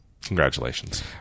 Congratulations